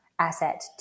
asset